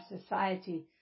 society